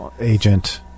Agent